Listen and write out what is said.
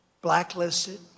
blacklisted